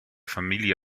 familie